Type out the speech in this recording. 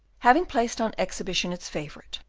having placed on exhibition its favourite,